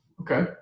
okay